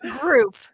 group